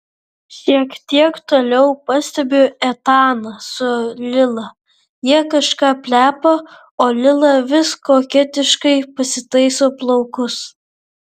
šiek tiek toliau pastebiu etaną su lila jie kažką plepa o lila vis koketiškai pasitaiso plaukus